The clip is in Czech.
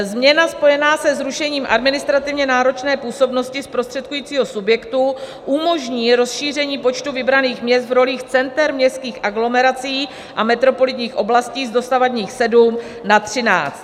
Změna spojená se zrušením administrativně náročné působnosti zprostředkujícího subjektu umožní rozšíření počtu vybraných měst v rolích center městských aglomerací a metropolitních oblastí z dosavadních sedmi na 13.